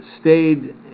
stayed